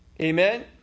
Amen